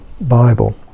Bible